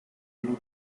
alumno